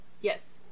yes